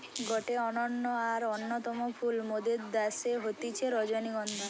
গটে অনন্য আর অন্যতম ফুল মোদের দ্যাশে হতিছে রজনীগন্ধা